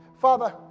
Father